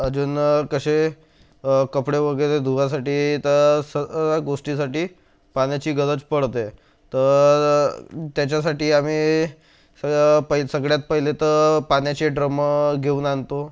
अजून कसे कपडे वगैरे धुवायसाठी तर सगळ्या गोष्टीसाठी पाण्याची गरज पडते तर त्याच्यासाठी आम्ही सग्या पै सगळ्यात पहिले तर पाण्याचे ड्रमं घेऊन आणतो